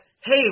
hey